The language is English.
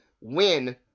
win